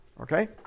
Okay